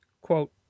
Quote